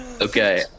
okay